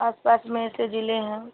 आस पास में ऐसे ज़िले हैं